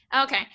Okay